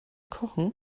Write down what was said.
kochen